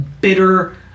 bitter